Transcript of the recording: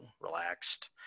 relaxed